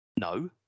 no